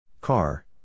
Car